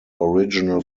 original